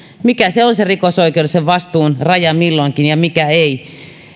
mikä on se rikosoikeudellisen vastuun raja milloinkin ja mikä ei